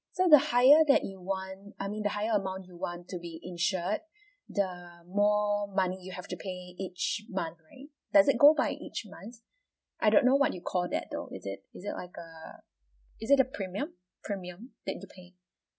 so the higher that you want I mean the higher amount you want to be insured the more money you have to pay each month right does it go by each month I don't know what you call that though is it is it like a is it the premium premium that you pay